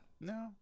No